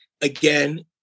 again